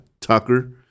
Tucker